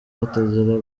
batangira